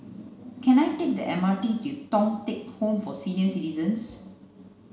Can I take the M R T to Thong Teck Home for Senior Citizens